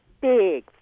big